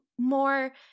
more